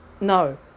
no